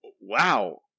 wow